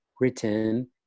written